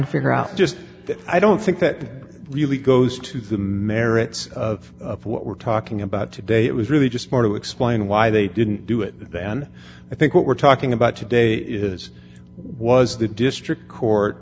to figure out just that i don't think that really goes to the merits of what we're talking about today it was really just more to explain why they didn't do it then i think what we're talking about today is was the district court